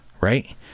right